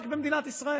היא לא מנוהלת כמלחמה.